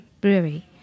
brewery